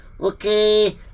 Okay